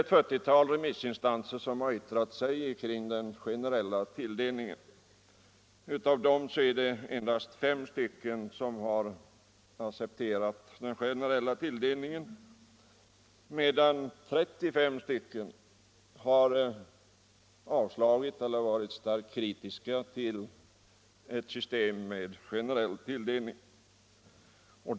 Ett 40-tal remissinstanser har yttrat sig om den generella tilldelningen, och av dem är det endast fem som har accepterat densamma, medan 35 har avstyrkt eller varit starkt kritiska mot ett system med sådan tilldelning.